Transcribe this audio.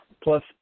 Plus